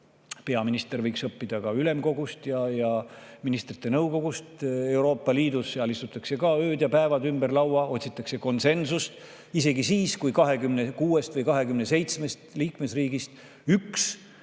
Peaminister võiks õppida ka ülemkogust ja ministrite nõukogust Euroopa Liidus. Seal istutakse ka ööd ja päevad ümber laua, otsitakse konsensust isegi siis, kui 26‑st või 27 liikmesriigist vaid